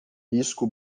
risco